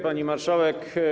Pani Marszałek!